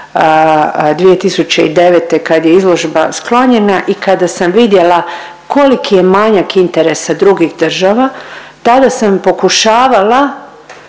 2009. kad je izložba sklonjena i kada sam vidjela koliki je manjak interesa drugih država. Tada sam pokušavala